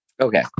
Okay